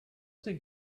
think